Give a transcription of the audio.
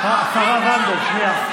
שיר סגמן.